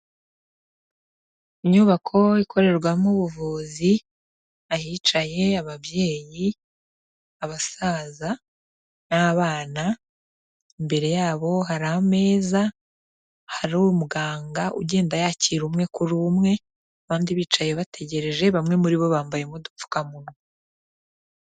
Inyubako ikorerwamo ubuvuzi, ahicaye ababyeyi, abasaza n'abana, imbere yabo hari ameza, hari umuganga ugenda yakira umwe kuri umwe, abandi bicaye bategereje, bamwe muri bo bambayemo udupfukamunwa.